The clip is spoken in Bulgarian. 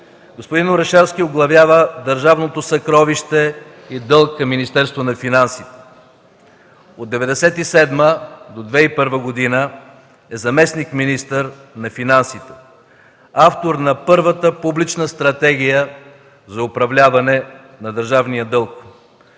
господин Орешарски оглавява „Държавно съкровище и дълг” към Министерството на финансите. От 1997 г. до 2001 г. е заместник-министър на финансите. Автор на първата публична стратегия за управляване на държавния дълг.